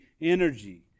energy